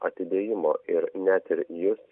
atidėjimo ir net ir jis